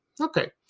Okay